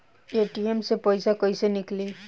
ATM से पैसा कैसे नीकली?